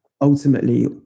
ultimately